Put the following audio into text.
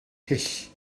hyll